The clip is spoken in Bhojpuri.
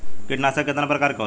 कीटनाशक केतना प्रकार के होला?